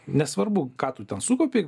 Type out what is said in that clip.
nesvarbu ką tu ten sukaupei